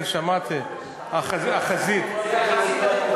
כן, שמעתי, החזית.